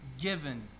given